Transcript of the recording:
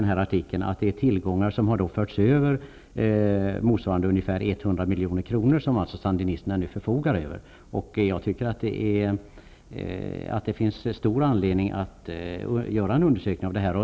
Enligt artikeln tror man att det har förts över tillgångar motsva rande ca 100 milj.kr., som alltså sandinisterna nu förfogar över. Jag tycker att det finns stor anledning att göra en undersökning om detta.